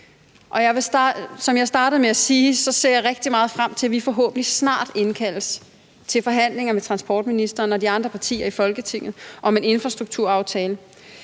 rigtig meget frem til, at vi forhåbentlig snart indkaldes til forhandlinger med transportministeren og de andre partier i Folketinget om en infrastrukturaftale,